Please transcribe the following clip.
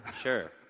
Sure